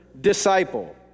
disciple